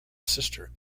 sister